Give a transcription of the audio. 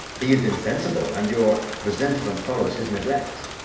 he is insensible, and your resentment follows his neglect.